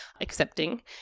accepting